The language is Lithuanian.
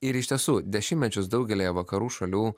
ir iš tiesų dešimtmečius daugelyje vakarų šalių